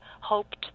hoped